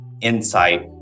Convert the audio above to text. insight